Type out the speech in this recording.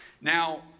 Now